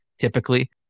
typically